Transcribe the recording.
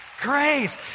Grace